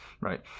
right